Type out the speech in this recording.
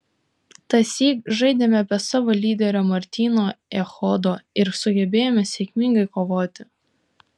tąsyk žaidėme be savo lyderio martyno echodo ir sugebėjome sėkmingai kovoti